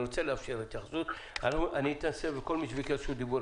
רוצה לאפשר התייחסות כל מי שביקש רשות דיבור,